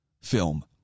film